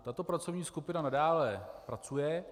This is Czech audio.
Tato pracovní skupina nadále pracuje.